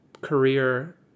career